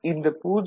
இந்த 0